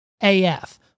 AF